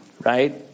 right